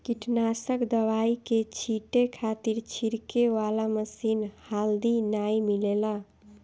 कीटनाशक दवाई के छींटे खातिर छिड़के वाला मशीन हाल्दी नाइ मिलेला